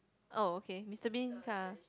oh okay Mister Bean car